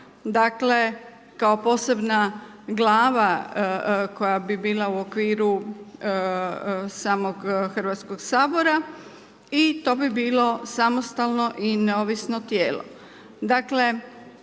dakle kao posebna glava koja bi bila u okviru samo Hrvatskog sabora i to bi bilo samostalno i neovisno tijelo.